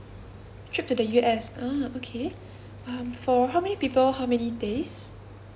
trip to the U_S ah okay um for how many people how many days